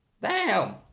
Bam